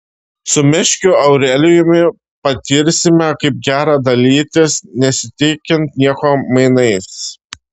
su meškiu aurelijumi patirsime kaip gera dalytis nesitikint nieko mainais